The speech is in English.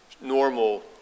normal